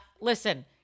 Listen